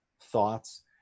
thoughts